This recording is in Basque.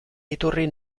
iturri